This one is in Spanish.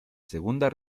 segunda